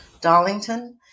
darlington